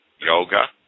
yoga